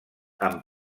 amb